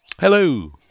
Hello